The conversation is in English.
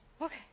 Okay